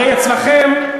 הרי אצלכם,